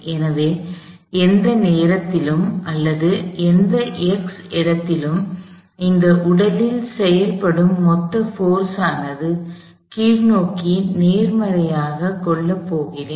எனவே எந்த நேரத்திலும் அல்லது எந்த x இடத்திலும் இந்த உடலில் செயல்படும் மொத்த போர்ஸனது கீழ்நோக்கி நேர்மறையாக கொள்ளப் போகிறேன்